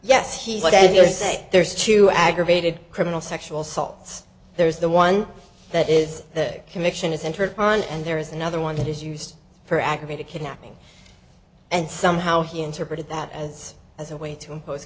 yes he did you say there's two aggravated criminal sexual assaults there's the one that is the conviction is entered upon and there is another one that is used for aggravated kidnapping and somehow he interpreted that as as a way to impose